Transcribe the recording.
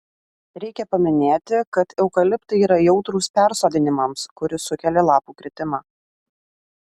reikia paminėti kad eukaliptai yra jautrūs persodinimams kuris sukelia lapų kritimą